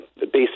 based